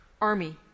army